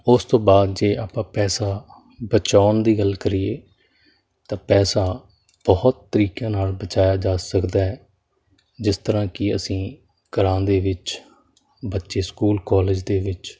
ਉਸ ਤੋਂ ਬਾਅਦ ਜੇ ਆਪਾਂ ਪੈਸਾ ਬਚਾਉਣ ਦੀ ਗੱਲ ਕਰੀਏ ਤਾਂ ਪੈਸਾ ਬਹੁਤ ਤਰੀਕਿਆਂ ਨਾਲ ਬਚਾਇਆ ਜਾ ਸਕਦਾ ਜਿਸ ਤਰ੍ਹਾਂ ਕਿ ਅਸੀਂ ਘਰਾਂ ਦੇ ਵਿੱਚ ਬੱਚੇ ਸਕੂਲ ਕਾਲਜ ਦੇ ਵਿੱਚ